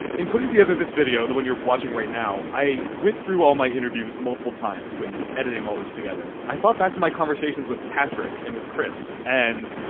in putting together this video the one you're watching right now i went through all my interviews multiple times when editing all this together. i thought back to my conversations with patrick and chris and.